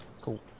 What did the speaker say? cool